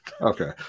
Okay